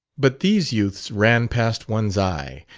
but these youths ran past one's eye,